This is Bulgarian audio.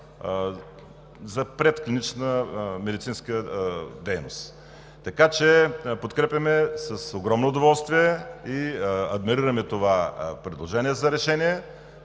за предклинична медицинска дейност. Подкрепяме с огромно удоволствие и адмирираме това предложение за решение.